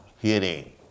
hearing